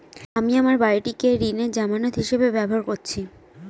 আমি আমার বাড়িটিকে ঋণের জামানত হিসাবে ব্যবহার করেছি